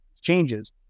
changes